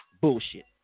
bullshit